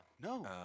No